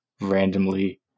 randomly